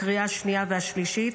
לקריאה השנייה והשלישית,